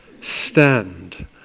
Stand